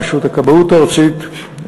רשות הכבאות הארצית,